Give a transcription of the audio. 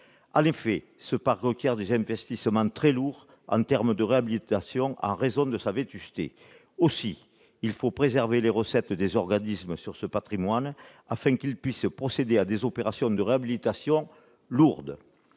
En effet, ce parc requiert des investissements très lourds en matière de réhabilitation, en raison de sa vétusté. Aussi, il faut préserver les recettes des organismes sur ce patrimoine, afin que ceux-ci puissent procéder aux importantes opérations de réhabilitation qui